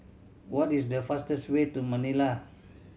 what is the fastest way to Manila